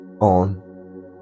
on